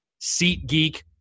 SeatGeek